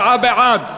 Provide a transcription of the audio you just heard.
57 בעד,